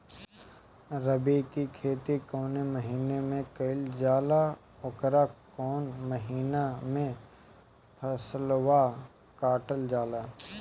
रबी की खेती कौने महिने में कइल जाला अउर कौन् महीना में फसलवा कटल जाला?